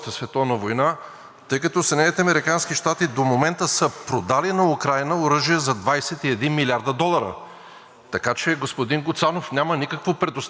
Така че, господин Гуцанов, няма никакво предоставяне, има страхотен бизнес с цената на хиляди убити от двата славянски народа, от двете армии.